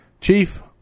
Chief